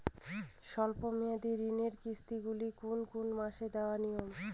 স্বল্প মেয়াদি ঋণের কিস্তি গুলি কোন কোন মাসে দেওয়া নিয়ম?